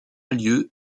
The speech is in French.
lieu